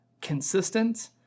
consistent